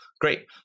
great